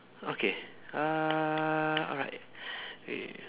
okay uh alright K